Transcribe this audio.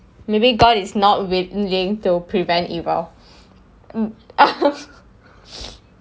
maybe god is not willing to prevent evil